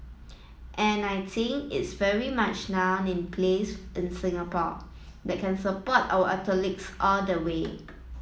and I think it's very much now in place in Singapore that can support our athletes all the way